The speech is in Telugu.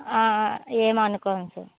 ఏమనుకోను సార్